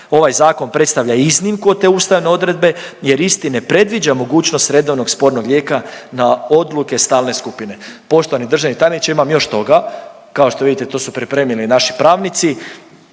Ovaj zakon predstavlja iznimku od te ustavne odredbe jer isti ne predviđa mogućnost redovnog spornog lijeka na odluke stalne skupine. Poštovani državni tajniče imam još toga, kao što vidite to su pripremili naši pravnici,